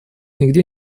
нигде